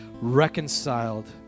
reconciled